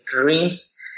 dreams